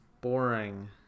boring